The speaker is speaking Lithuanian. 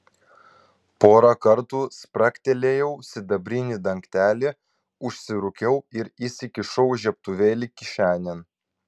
porą kartų spragtelėjau sidabrinį dangtelį užsirūkiau ir įsikišau žiebtuvėlį kišenėn